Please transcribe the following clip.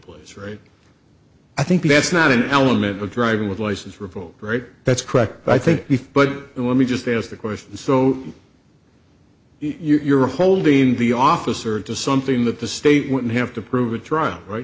rate i think that's not an element of driving with a license revoked right that's correct i think but let me just ask the question so you're holding the officer to something that the state wouldn't have to prove a trial right